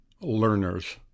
learners